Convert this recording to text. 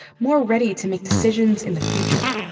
more ready to make decisions in the future.